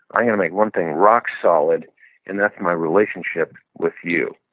i have one thing rock solid and that's my relationship with you.